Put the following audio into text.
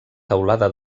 teulada